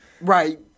right